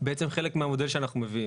בעצם חלק מהמודל שאנחנו מביאים.